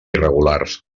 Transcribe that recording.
irregulars